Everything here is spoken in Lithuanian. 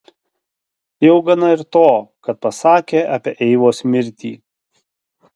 jau gana ir to kad pasakė apie eivos mirtį